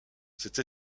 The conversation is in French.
cette